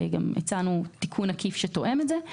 והצענו גם תיקון עקיף שתואם את זה.